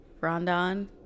Rondon